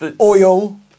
Oil